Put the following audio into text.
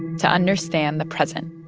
to understand the present